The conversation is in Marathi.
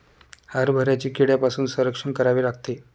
हरभऱ्याचे कीड्यांपासून संरक्षण करावे लागते